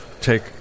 take